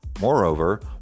Moreover